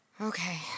Okay